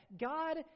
God